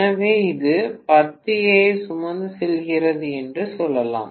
எனவே இது 10 A ஐ சுமந்து செல்கிறது என்று சொல்லலாம்